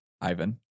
Ivan